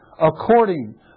according